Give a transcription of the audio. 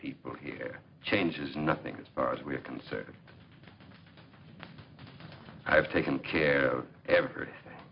people here changes nothing as far as we're concerned i've taken care of every